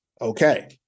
okay